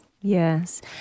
Yes